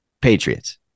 Patriots